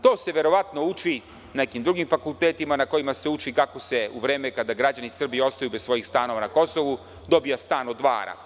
To se uči na nekim drugim fakultetima na kojima se uči kako se u vreme kada građani Srbije ostaju bez svojih stanova na Kosovu dobija stan od dva ara.